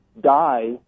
die